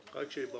רק שיהיה ברור.